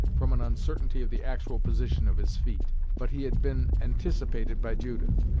from an uncertainty of the actual position of his feet. but he had been anticipated by judith.